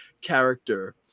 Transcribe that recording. character